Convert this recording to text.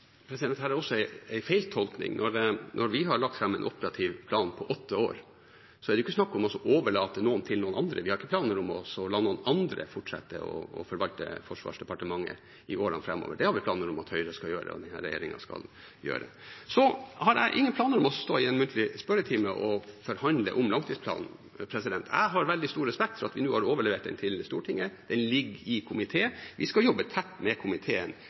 er også en feiltolkning. Når vi har lagt fram en operativ plan på åtte år, er det ikke snakk om å overlate noe til noen andre. Vi har ikke planer om å la noen andre forvalte Forsvarsdepartementet i årene framover. Det har vi planer om at Høyre og denne regjeringen skal gjøre. Jeg har ingen planer om å stå i en muntlig spørretime og forhandle om langtidsplanen. Jeg har veldig stor respekt for at vi nå har overlevert den til Stortinget. Den ligger i komiteen, og vi skal jobbe tett med komiteen